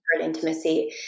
intimacy